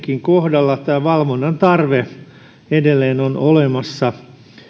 kohdalla tämä valvonnan tarve edelleen on olemassa